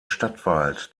stadtwald